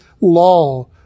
law